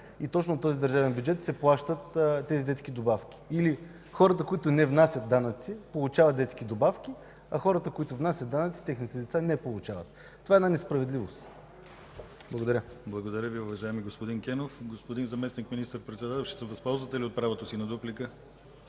и точно от този държавен бюджет се плащат детските добавки. Или хората, които не внасят данъци, получават детски добавки, а хората, които внасят данъци – техните деца не получават. Това е една несправедливост. Благодаря. ПРЕДСЕДАТЕЛ ДИМИТЪР ГЛАВЧЕВ: Благодаря Ви, уважаеми господин Кенов. Господин Заместник министър-председател, ще се възползвате ли от правото си на дуплика?